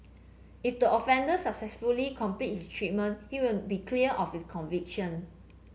if the offender successfully complete his treatment he will be cleared of his conviction